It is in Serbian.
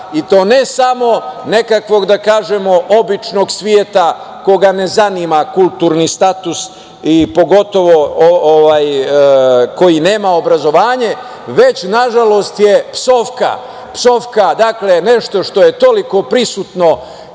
i to ne samo nekakvog, da kažemo, običnog sveta koga ne zanima kulturni status, pogotovo koji nema obrazovanje, već na žalost psovka nešto što je toliko prisutno